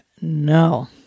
no